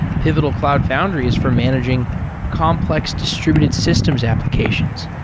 pivotal cloud foundry is for managing complex distributed systems applications,